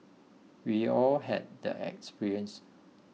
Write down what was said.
we all had that experience